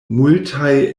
multaj